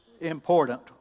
important